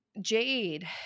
Jade